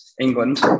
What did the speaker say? England